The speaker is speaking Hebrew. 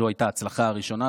זו הייתה ההצלחה הראשונה,